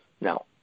Now